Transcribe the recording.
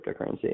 cryptocurrency